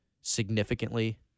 significantly